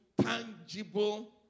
tangible